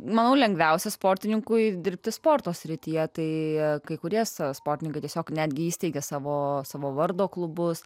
manau lengviausia sportininkui dirbti sporto srityje tai kai kurie sportininkai tiesiog netgi įsteigė savo savo vardo klubus